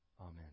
Amen